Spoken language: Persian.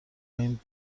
این